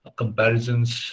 comparisons